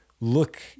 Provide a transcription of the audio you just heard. look